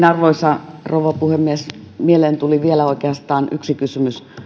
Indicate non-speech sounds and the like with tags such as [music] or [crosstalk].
[unintelligible] arvoisa rouva puhemies mieleeni tuli oikeastaan vielä yksi kysymys